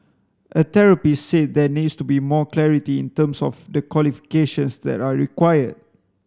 a therapist said there needs to be more clarity in terms of the qualifications that are required